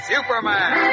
Superman